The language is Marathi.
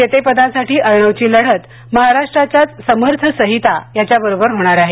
जेतेपदासाठी अर्णवची लढत महाराष्ट्राच्याच समर्थ सहीता बरोबर होणार आहे